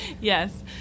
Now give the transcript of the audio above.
Yes